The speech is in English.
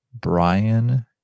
Brian